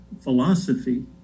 philosophy